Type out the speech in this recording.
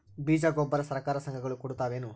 ಬೀಜ ಗೊಬ್ಬರ ಸರಕಾರ, ಸಂಘ ಗಳು ಕೊಡುತಾವೇನು?